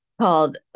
called